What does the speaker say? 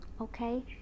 okay